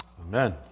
Amen